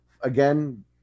again